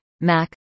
Mac